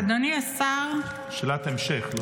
שאלת המשך.